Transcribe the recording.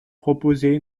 proposait